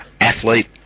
athlete